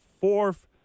fourth